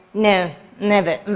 no, never.